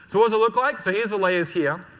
so does it look like? so here is the layers here.